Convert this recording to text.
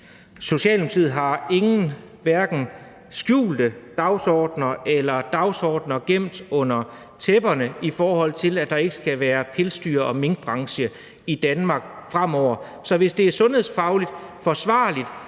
Socialdemokratiet har ingen skjulte dagsordener eller dagsordener gemt under gulvtæpperne om, at der fremover ikke skal være en minkbranche i Danmark. Så hvis det er sundhedsfagligt forsvarligt,